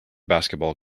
basketball